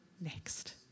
next